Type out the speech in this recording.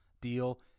deal